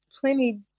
plenty